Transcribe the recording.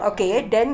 mm mm